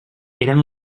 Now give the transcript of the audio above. eren